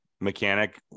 mechanic